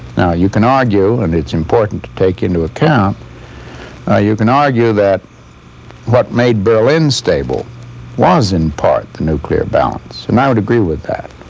now you can argue and it's important to take into account ah you can argue that what made berlin stable was, in part, the nuclear balance. and i would agree with that.